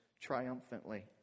triumphantly